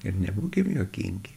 ir nebūkim juokingi